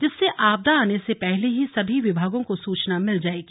जिससे आपदा आने से पहले ही सभी विभागों को सूचना मिल जाएगी